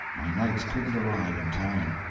my knights couldn't arrive in time.